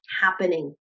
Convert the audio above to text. happening